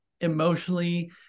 emotionally